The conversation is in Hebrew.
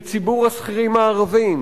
בציבור השכירים הערבים